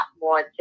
more